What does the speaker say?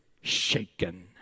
shaken